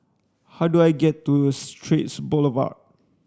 how do I get to Straits Boulevard